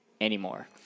anymore